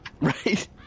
Right